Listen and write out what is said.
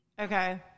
Okay